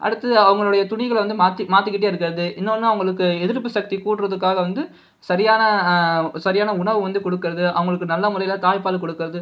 அடுத்து அவங்களுடைய துணிகளை வந்து மாற்றி மாற்றிக்கிட்டே இருக்கிறது இன்னொன்று அவங்களுக்கு எதிர்ப்பு சத்தி கூடுறதுக்காக வந்து சரியான சரியான உணவு வந்து கொடுக்குறது அவங்களுக்கு நல்ல முறையில தாய்ப்பால் கொடுக்குறது